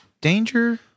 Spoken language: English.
danger